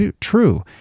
true